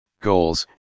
goals